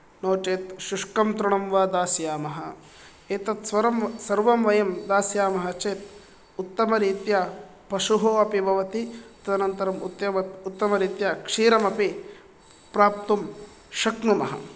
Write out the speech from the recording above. नो चेत् शुष्कं तृणं वा दास्यामः एतत् स्वरं सर्वं वयं दास्यामः चेत् उत्तमरीत्या पशुः अपि भवति तदनन्तरम् उक्तम उत्तमरीत्या क्षीरम् अपि प्राप्तुं शक्नुमः